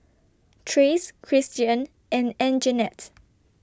Trace Cristian and Anjanette